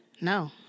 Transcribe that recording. No